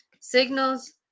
signals